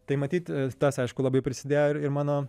tai matyt tas aišku labai prisidėjo ir mano